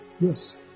Yes